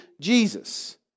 Jesus